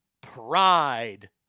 pride